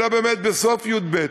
אלא בסוף י"ב,